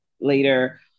later